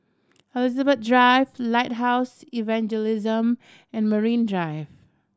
Elizabeth Drive Lighthouse Evangelism and Marine Drive